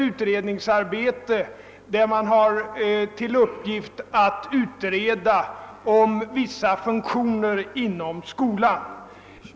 | Utredningens uppgift är att utreda vissa funktioner inom skolan.